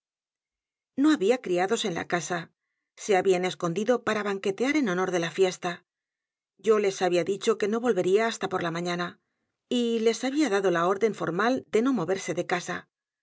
no había criados en la casa se habían escondido para banquetear en honor de la fiesta yo les había dicho que no volvería hasta por la mañana y les había edgar poe novelas y cuentos dado la orden formal de no moverse de casa